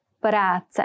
práce